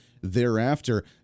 thereafter